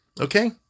okay